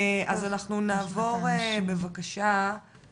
אז אנחנו נעבור בבקשה,